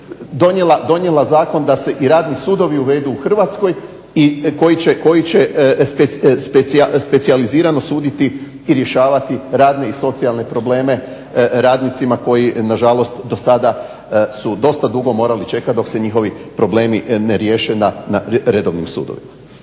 donijela zakon da se i radni sudovi uvedu u Hrvatskoj koji će specijalizirano suditi i rješavati radne i socijalne probleme radnicima koji nažalost do sada su dosta dugo morali čekati dok se njihovi problemi ne riješe na redovnim sudovima.